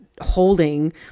holding